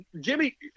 Jimmy